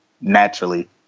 Naturally